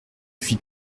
fit